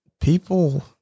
people